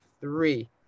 three